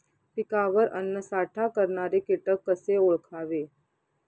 पिकावर अन्नसाठा करणारे किटक कसे ओळखावे?